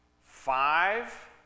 five